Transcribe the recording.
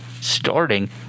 starting